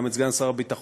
גם את סגן שר הביטחון.